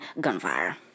gunfire